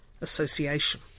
association